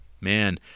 Man